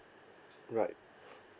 right